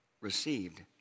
received